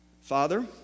Father